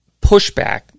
pushback